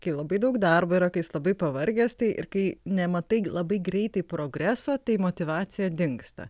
kai labai daug darbo yra kai jis labai pavargęs tai ir kai nematai labai greitai progreso tai motyvacija dingsta